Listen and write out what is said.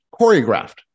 choreographed